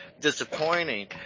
disappointing